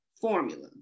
formula